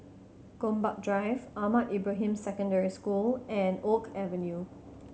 Gombak Drive Ahmad Ibrahim Secondary School and Oak Avenue